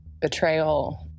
betrayal